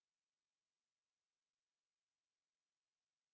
they can go but then the door was lock or something